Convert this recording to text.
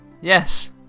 Yes